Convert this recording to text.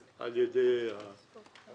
החבר שדיבר על הבנייה,